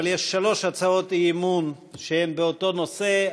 אבל יש שלוש הצעות אי-אמון שהן באותו נושא,